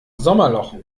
sommerloch